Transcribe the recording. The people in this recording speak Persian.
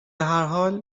هرحال